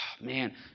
Man